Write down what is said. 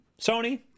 Sony